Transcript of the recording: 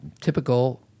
typical